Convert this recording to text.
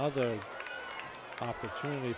other opportunity